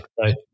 Right